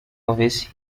office